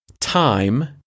time